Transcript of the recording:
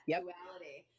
duality